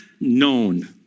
known